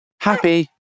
Happy